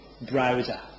browser